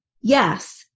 Yes